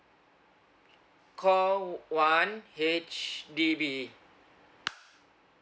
call one H_D_B